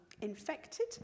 infected